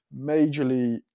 majorly